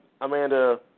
Amanda